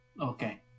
Okay